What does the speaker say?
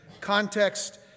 context